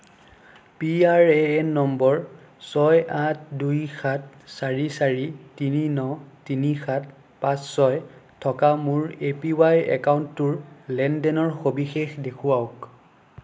PRAN number ছয় আঠ দুই সাত চাৰি চাৰি তিনি ন তিনি সাত পাঁচ ছয় থকা মোৰ এপিৱাই একাউণ্টটোৰ লেনদেনৰ সবিশেষ দেখুৱাওক